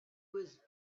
was